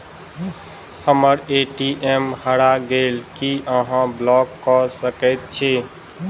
हम्मर ए.टी.एम हरा गेल की अहाँ ब्लॉक कऽ सकैत छी?